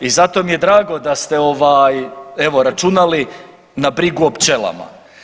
I zato mi je drago da ste računali na brigu o pčelama.